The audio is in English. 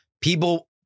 people